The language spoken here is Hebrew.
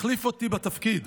הוא החליף אותי בתפקיד.